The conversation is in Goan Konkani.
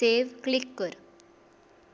सेव क्लीक कर